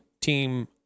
team